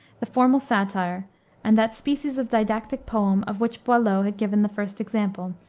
the formal satire and that species of didactic poem of which boileau had given the first example,